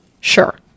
sure